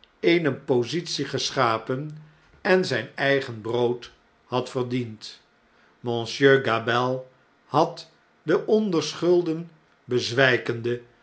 eene positie geschapen en zjjn eigen brood had verdiend monsieur gabelle had de onder schulden bezwijkende